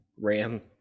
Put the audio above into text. ram